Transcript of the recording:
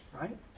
right